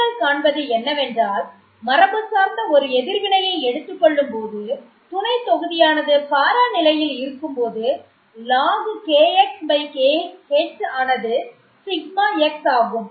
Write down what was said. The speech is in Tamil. நீங்கள் காண்பது என்னவென்றால் மரபுசார்ந்த ஒரு எதிர்வினையை எடுத்துக்கொள்ளும்போது துணை தொகுதியானது பாரா நிலையில் இருக்கும்போது log KXKH ஆனது σ x ஆகும்